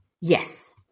Yes